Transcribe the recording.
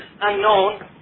unknown